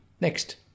Next